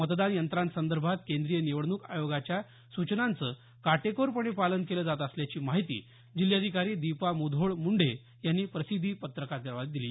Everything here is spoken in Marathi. मतदान यंत्रासंदर्भात केंद्रीय निवडणूक आयोगाच्या सूचनाचं काटेकोरपणे पालन केलं जात असल्याची माहिती जिल्हाधिकारी दीपा मुधोळ मुंडे यांनी प्रसिद्धीपत्रकाद्वारे दिली